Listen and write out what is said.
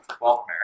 Welcome